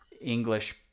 english